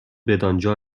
بدانجا